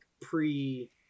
pre